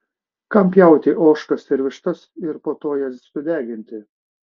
kam pjauti ožkas ir vištas ir po to jas sudeginti